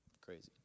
crazy